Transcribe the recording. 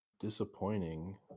Disappointing